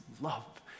love